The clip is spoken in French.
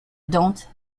dante